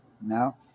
No